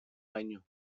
año